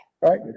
right